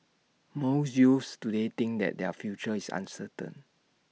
most youths today think that their future is uncertain